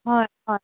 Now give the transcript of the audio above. হয় হয়